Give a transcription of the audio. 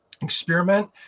experiment